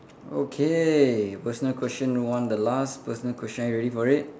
okay personal question one the last personal question are you ready for it